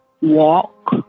walk